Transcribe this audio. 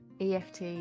EFT